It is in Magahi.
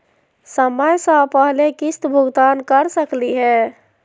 समय स पहले किस्त भुगतान कर सकली हे?